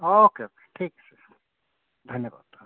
okay okay ঠিক আছে ধন্যবাদ